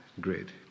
grid